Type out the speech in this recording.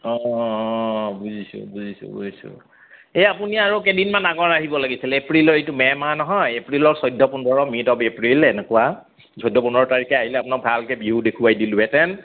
বুজিছোঁ বুজিছোঁ বুজিছোঁ এই আপুনি আৰু কেইদিনমান আগত আহিব লাগিছিলে এপ্ৰিলৰ এইটো মে' মাহ নহয় এপ্ৰিলৰ চৈধ্য পোন্ধৰ মিড অফ এপ্ৰিল এনেকুৱা চৈধ্য পোন্ধৰ তাৰিখে আহিলে আপোনাক ভালকৈ বিহু দেখুৱাই দিলোঁহেতেন